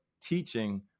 teaching